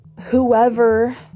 Whoever